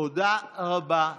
תודה רבה.